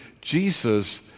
Jesus